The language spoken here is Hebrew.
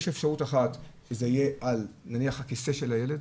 יש אפשרות אחת שזה יהיה על הכיסא של הילד,